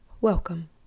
Welcome